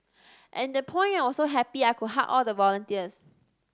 at that point I was so happy I could hug all the volunteers